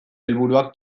helburuak